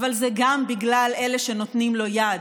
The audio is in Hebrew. אבל זה גם בגלל אלה שנותנים לו יד,